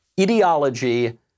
ideology